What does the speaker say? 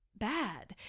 bad